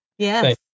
Yes